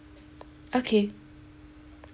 okay